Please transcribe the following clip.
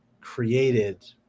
created